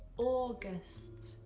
august,